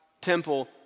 temple